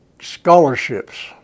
scholarships